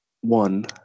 One